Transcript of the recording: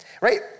right